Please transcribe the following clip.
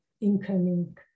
incoming